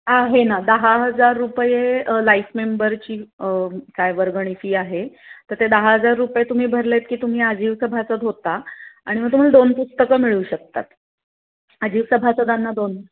आहे ना दहा हजार रुपये लाईफ मेंबरची काय वर्गणी फी आहे तर ते दहा हजार रुपये तुम्ही भरलेत की तुम्ही आजीव सभासद होता आणि मग तुम्हाला दोन पुस्तकं मिळू शकतात आजीव सभासदांना दोन